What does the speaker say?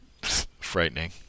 frightening